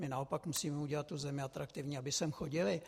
My naopak musíme udělat tu zem atraktivní, aby sem chodily.